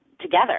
together